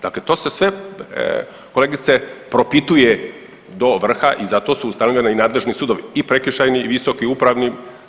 Dakle, to se sve kolegice propituje do vrha i zato su ustanovljeni i nadležni sudovi i prekršajni i Visoki upravni.